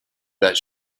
that